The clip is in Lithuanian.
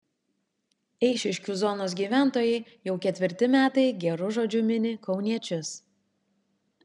eišiškių zonos gyventojai jau ketvirti metai geru žodžiu mini kauniečius